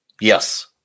Yes